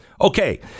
Okay